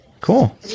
Cool